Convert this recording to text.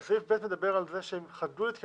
אבל סעיף (ב) מדבר על זה שחדלו להתקיים